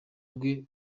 rwe